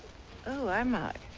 oh am i?